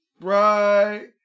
right